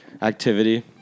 Activity